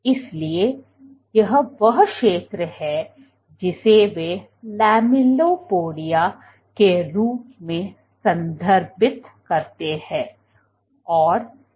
इसलिए यह वह क्षेत्र है जिसे वे लैमेलिपोडिया के रूप में संदर्भित करते हैं